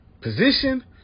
position